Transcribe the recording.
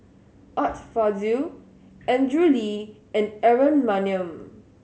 Art Fazil Andrew Lee and Aaron Maniam